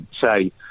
say